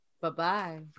Bye-bye